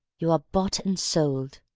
you are bought and sold.